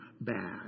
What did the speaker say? bad